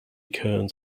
kearns